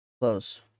Close